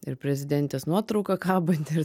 ir prezidentės nuotrauka kabanti